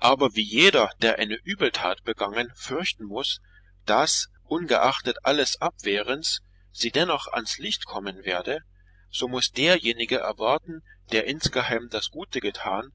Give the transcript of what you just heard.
aber wie jeder der eine übeltat begangen fürchten muß daß ungeachtet alles abwehrens sie dennoch ans licht kommen werde so muß derjenige erwarten der insgeheim das gute getan